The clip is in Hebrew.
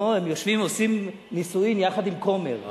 לא, הם יושבים ועושים נישואים יחד עם כומר.